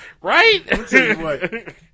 Right